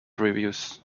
reviews